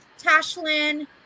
tashlin